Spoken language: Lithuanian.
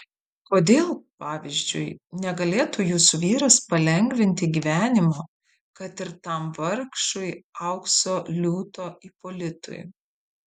kodėl pavyzdžiui negalėtų jūsų vyras palengvinti gyvenimo kad ir tam vargšui aukso liūto ipolitui